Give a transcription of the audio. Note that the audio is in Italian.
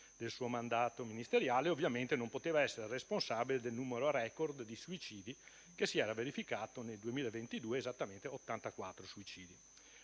del suo mandato ministeriale e ovviamente non poteva essere responsabile del numero *record* di suicidi che si era verificato nel 2022, esattamente 84 suicidi.